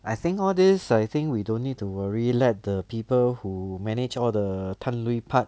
I think all this I think we don't need to worry let the people who manage all the tan lui part